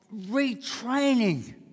retraining